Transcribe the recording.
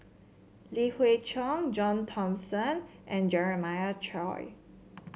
Li Hui Cheng John Thomson and Jeremiah Choy